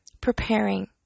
Preparing